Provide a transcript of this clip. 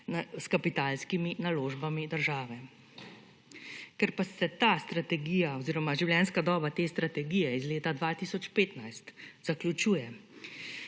s kapitalskimi naložbami države. Ker pa se ta strategija oziroma življenjska doba te strategije iz leta 2015 zaključuje,